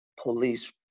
police